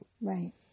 Right